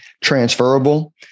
Transferable